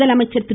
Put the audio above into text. முதலமைச்சர் திரு